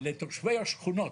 לתושבי השכונות.